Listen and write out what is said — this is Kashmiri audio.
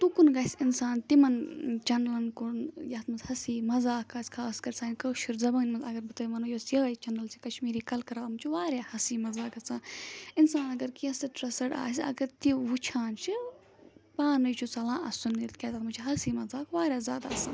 تُکُن گژھِ اِنسان تِمَن چَنلن کُن یَتھ منٛز ہسی مَزاق آسہِ خاص کَر سانہِ کٲشُر زَبٲنۍ منٛز اگر بہٕ تۄہہِ وَنو یۄس یِہٲے چَنَل چھِ کَشمیٖری قلقَرم أمۍ چھِ وارِیاہ ہَسی مَزاق گژھان اِنسان اَگَر کیٚنٛہہ سِٹرسٕڈ آسہِ اگر تہِ وٕچھان چھِ پانے چھُ ژَلان اَسُن نیٖرِتھ ییٚتہِ کیٛازِ تَتھ منٛز چھِ ہَسی مَزاق وارِیاہ زیادٕ اَسان